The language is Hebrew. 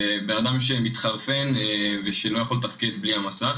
זה בן אדם שמתחרפן ושלא יכול לתפקד בלי המסך